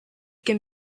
can